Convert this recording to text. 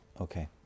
Okay